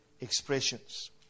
expressions